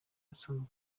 asanzwe